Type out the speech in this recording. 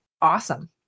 awesome